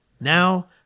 now